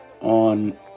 on